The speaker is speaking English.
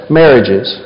marriages